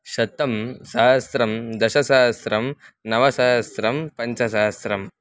शतं सहस्रं दशसहस्रं नवसहस्रं पञ्चसहस्रम्